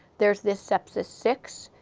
there's this sepsis six.